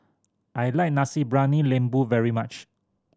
I like Nasi Briyani Lembu very much